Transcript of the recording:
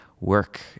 work